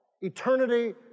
eternity